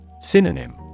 Synonym